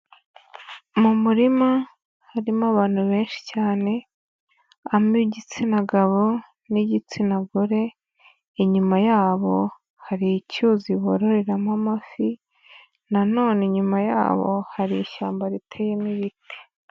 Mu murima harimo abantu benshi cyane, ab'igitsina gabo, n'igitsina gore, inyuma yabo hari icyuzi, bororeramo amafi, nanone Inyuma yabo hari ishyamba riteyemo ibiti.